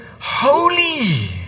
holy